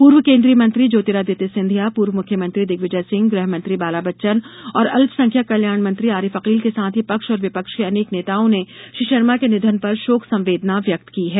पूर्व केन्द्रीय मंत्री ज्योतिरादित्य सिंधिया पूर्व मुख्यमंत्री दिग्विजय सिंह गृहमंत्री बालाबच्चन और अल्पसंख्यक कल्याण मंत्री आरिफ अकील के साथ ही पक्ष और विपक्ष के अनेक नेताओं ने श्री शर्मा के निधन पर शोक संवेदना व्यक्त की है